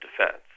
defense